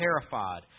terrified